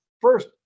first